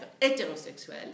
hétérosexuel